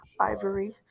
ivory